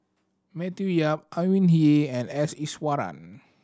Matthew Yap Au Hing Yee and S Iswaran